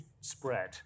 spread